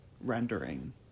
rendering